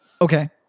Okay